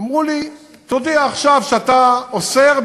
אמרו לי: תודיע עכשיו שאתה אוסר,